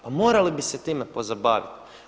Pa morali biste se time pozabaviti.